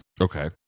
Okay